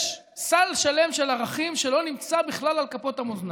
סל שלם של ערכים שלא נמצא בכלל על כפות המאזניים.